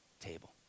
table